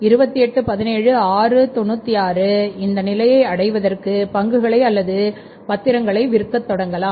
2817696 இந்த நிலையை அடைவதற்கு பங்குகளை அல்லது பத்திரங்களை விற்க தொடங்கலாம்